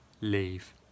leave